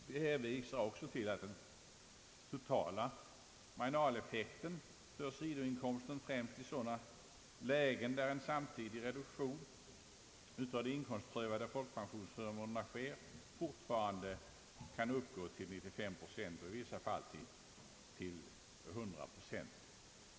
Vi hänvisar också till att den totala marginaleffekten för sidoinkomster, främst i sådana lägen där en samtidig reduktion av de inkomstprövade folkpensionsförmånerna sker, fortfarande kan uppgå till 95 procent och i vissa fall till 100 procent.